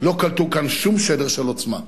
לא קלטנו כאן שום שדר של עוצמה.